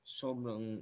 sobrang